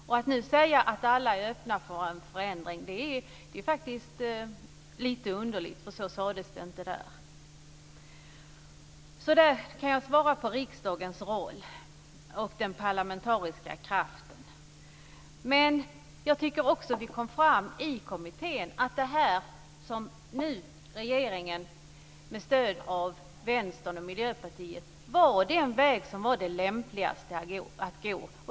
Att nu säga att alla är öppna för en förändring är lite underligt, för så sades det inte där. Det kan jag svara på frågan om riksdagens roll och den parlamentariska kraften. Det vi i kommittén kom fram till, och det som nu regeringen föreslår med stöd av Vänstern och Miljöpartiet, var den väg som var den lämpligaste att gå.